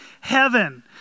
heaven